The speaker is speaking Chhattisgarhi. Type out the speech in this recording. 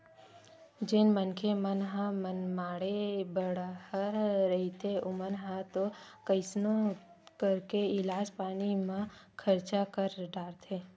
जेन मनखे मन ह मनमाड़े बड़हर रहिथे ओमन ह तो कइसनो करके इलाज पानी म खरचा कर डारथे